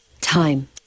Time